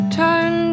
turn